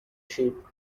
sheep